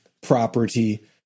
property